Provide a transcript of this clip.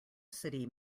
city